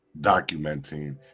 documenting